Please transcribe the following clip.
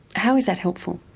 how is that helpful?